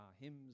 hymns